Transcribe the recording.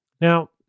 Now